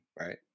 right